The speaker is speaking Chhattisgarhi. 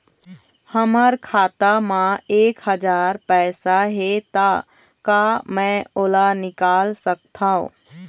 हमर खाता मा एक हजार पैसा हे ता का मैं ओला निकाल सकथव?